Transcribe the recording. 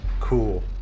cool